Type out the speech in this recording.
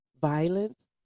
violence